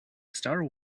star